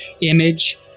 image